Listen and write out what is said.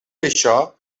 això